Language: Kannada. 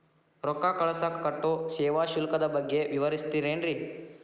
ರೊಕ್ಕ ಕಳಸಾಕ್ ಕಟ್ಟೋ ಸೇವಾ ಶುಲ್ಕದ ಬಗ್ಗೆ ವಿವರಿಸ್ತಿರೇನ್ರಿ?